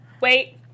Wait